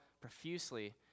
profusely